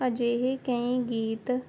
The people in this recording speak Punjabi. ਅਜਿਹੇ ਕਈ ਗੀਤ